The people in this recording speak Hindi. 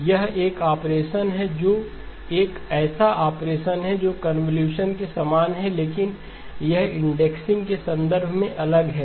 यह एक ऑपरेशन है जो यह एक ऐसा ऑपरेशन है जो कन्वॉल्यूशन के समान है लेकिन यह इंडेक्सिंग के संदर्भ में अलग है